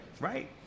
right